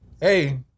Hey